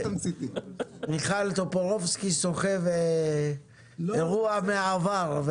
מיכל, חבר הכנסת טופורובסקי סוחב אירוע מהעבר.